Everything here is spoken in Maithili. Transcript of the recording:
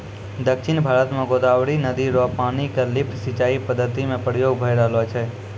दक्षिण भारत म गोदावरी नदी र पानी क लिफ्ट सिंचाई पद्धति म प्रयोग भय रहलो छै